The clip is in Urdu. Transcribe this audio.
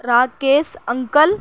راکیش انکل